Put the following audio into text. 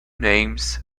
names